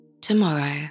Tomorrow